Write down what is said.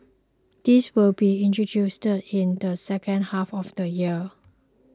this will be introduced in the second half of the year